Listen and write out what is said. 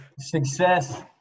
Success